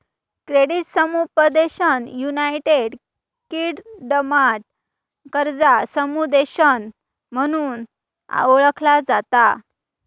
credit समुपदेशन united किंगडमात कर्जा समुपदेशन म्हणून ओळखला जाता